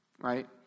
right